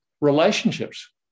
relationships